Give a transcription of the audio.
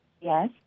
Yes